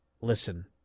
listen